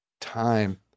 time